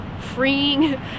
freeing